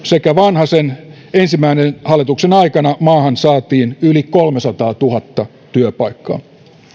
sekä vanhasen ensimmäisen hallituksen aikana maahan saatiin yli kolmesataatuhatta työpaikkaa